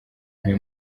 ntuye